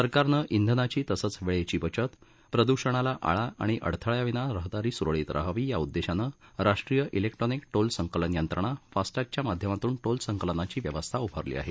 सरकारनं इंधनाची तसंच वेळेची बचत प्रदूषणाला आळा आणि अडथळ्याविना रहदारी सुरळीत रहावी या उद्देशानं राष्ट्रीय इलेक्ट्रॉनिक टोल संकलन यंत्रणा फास्टॅगच्या माध्यमातून टोल संकलनाची व्यवस्था उभारली आहे